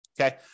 Okay